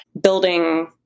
building